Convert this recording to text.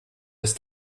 ist